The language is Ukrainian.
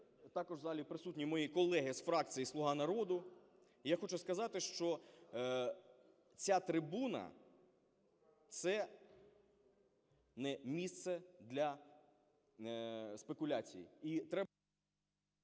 також в залі присутні мої колеги з фракції "Слуга народу". І я хочу сказати, що ця трибуна – це не місце для спекуляцій.